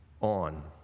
on